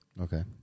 okay